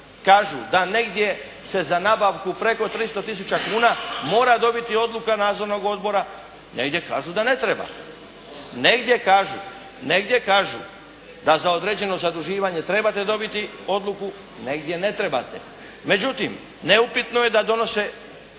kažu da negdje se za nabavku preko 300 tisuća kuna mora dobiti odluka nadzornog odbora, negdje kažu da ne treba. Negdje kažu da za određeno zaduživanje trebate dobiti odluku, negdje ne trebate. Međutim neupitno je da donose